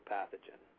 Pathogen